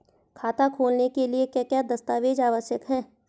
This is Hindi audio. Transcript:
खाता खोलने के लिए क्या क्या दस्तावेज़ आवश्यक हैं?